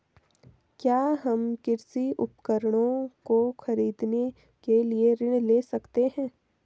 क्या हम कृषि उपकरणों को खरीदने के लिए ऋण ले सकते हैं?